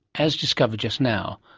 as discovered just now,